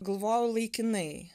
galvojau laikinai